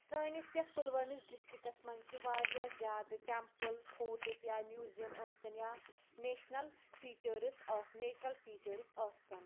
سٲنِس یتھ پُلوٲمِس ڈِسٹرکَس مَنٛز چھِ واریاہ زیادٕ ٹیٚمپل پھوٹس یا میوٗزیم ٲسِنۍ یا نیشنَل فیٖچٲرس آس نیچرل فیٖچٲرس ٲستَن